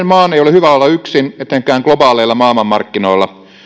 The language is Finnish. maan ei ole hyvä olla yksin etenkään globaaleilla maailmanmarkkinoilla